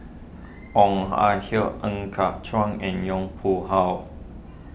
Ong Ah Hoi Ng Cart Chuan and Yong Pu How